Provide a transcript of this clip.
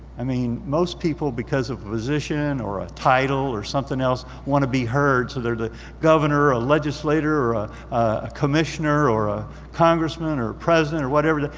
i mean, most people because of a physician or a title or something else want to be heard. so they're the governor or a legislator or a commissioner or a congressman or president or whatever.